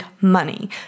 money